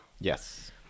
Yes